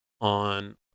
on